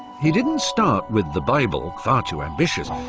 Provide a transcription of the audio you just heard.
he didn't start with the bible far too ambitious.